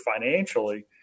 financially